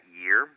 year